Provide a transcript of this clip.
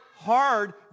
hard